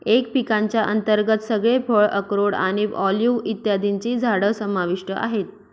M पिकांच्या अंतर्गत सगळे फळ, अक्रोड आणि ऑलिव्ह इत्यादींची झाडं समाविष्ट आहेत